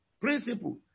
principle